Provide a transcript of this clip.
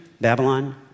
Babylon